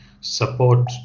support